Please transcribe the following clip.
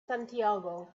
santiago